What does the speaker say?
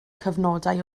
cyfnodau